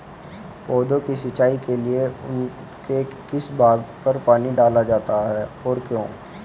पौधों की सिंचाई के लिए उनके किस भाग पर पानी डाला जाता है और क्यों?